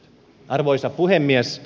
arvoisa puhemies